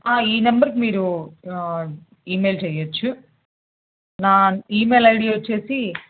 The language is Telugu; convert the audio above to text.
ఈ నెంబర్కి మీరు ఈమెయిల్ చెయ్యచ్చు నా ఈమెయిల్ ఐడి వచ్చేసి